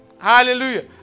Hallelujah